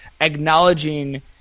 acknowledging